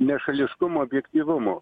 nešališkumo objektyvumo